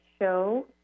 show